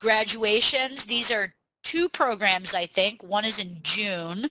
graduations these are two programs i think one is in june